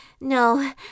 No